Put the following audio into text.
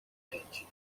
kręci